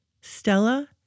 Stella